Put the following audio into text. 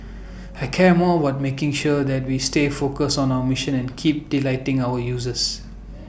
I care more about making sure that we stay focused on our mission and keep delighting our users